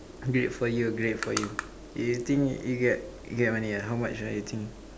great for you great for you you think you get you get money ah how much right you think